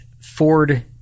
Ford